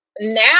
Now